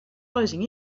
closing